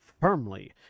firmly